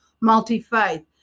multi-faith